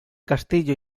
castillo